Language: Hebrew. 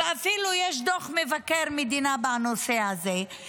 ואפילו יש דוח מבקר המדינה בנושא הזה,